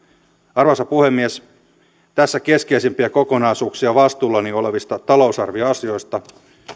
arvoisa puhemies tässä keskeisimpiä kokonaisuuksia vastuullani olevista talousarvioasioista